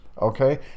okay